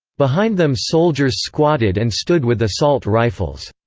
behind them soldiers squatted and stood with assault rifles.